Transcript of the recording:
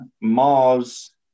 Mars